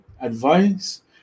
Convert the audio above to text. advice